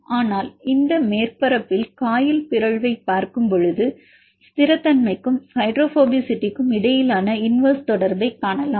ஆனால் இந்த மேற்பரப்பில் காயில் பிறழ்வைப் பார்க்கும்போது ஸ்திரத்தன்மைக்கும் ஹைட்ரோபோபசிட்டிக்கும் இடையிலான இன்வெர்ஸ் தொடர்பைக் காணலாம்